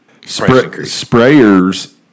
sprayers